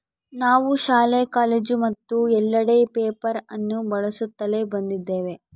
ನಾವು ಶಾಲೆ, ಕಾಲೇಜು ಮತ್ತು ಎಲ್ಲೆಡೆ ಪೇಪರ್ ಅನ್ನು ಬಳಸುತ್ತಲೇ ಬಂದಿದ್ದೇವೆ